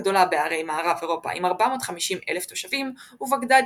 הגדולה בערי מערב אירופה עם 450,000 תושבים ובגדאד